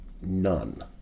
none